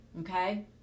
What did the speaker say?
okay